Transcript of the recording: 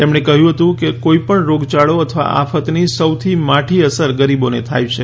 તેમણે કહ્યું હતું કે કોઇપણ રોગયાળો અથવા આફતની સૌથી માઠી અસર ગરીબોને થાય છે